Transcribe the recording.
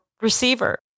receiver